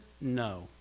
No